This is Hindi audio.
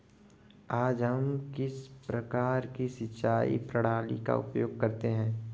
आज हम किस प्रकार की सिंचाई प्रणाली का उपयोग करते हैं?